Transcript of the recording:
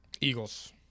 Eagles